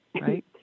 right